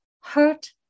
hurt